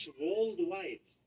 worldwide